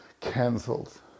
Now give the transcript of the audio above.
cancelled